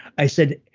i said,